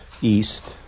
east